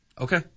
Okay